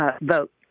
vote